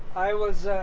i was.